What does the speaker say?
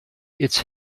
its